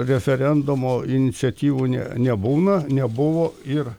referendumo iniciatyvų ne nebūna nebuvo ir